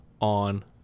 on